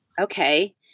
okay